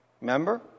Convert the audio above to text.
Remember